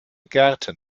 gärten